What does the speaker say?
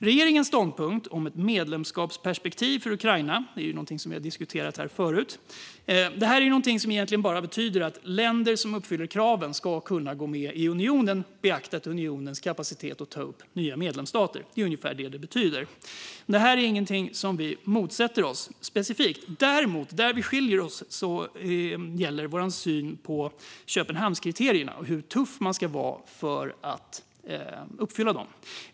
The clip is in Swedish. Regeringens ståndpunkt om ett medlemskapsperspektiv för Ukraina är något som vi har diskuterat här förut. Det betyder egentligen bara att länder som uppfyller kraven ska kunna gå med i unionen, så länge man beaktar unionens kapacitet att ta upp nya medlemsstater. Det är ungefär det som det betyder. Detta är inget som vi motsätter oss specifikt. Däremot skiljer vi oss åt i vår syn på Köpenhamnskriterierna och hur tuff man ska vara när det gäller att uppfylla dem.